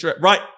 Right